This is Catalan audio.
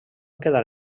quedar